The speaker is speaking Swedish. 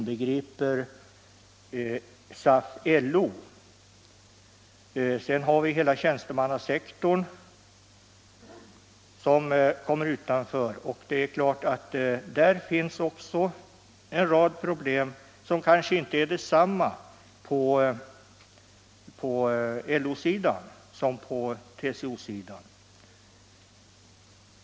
Därtill kommer hela tjänstemannasektorn, och där finns också en rad problem; problemen kanske inte är desamma på TCO-sidan som på LO-sidan.